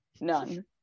none